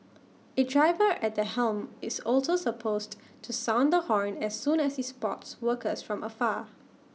A driver at the helm is also supposed to sound the horn as soon as he spots workers from afar